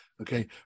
Okay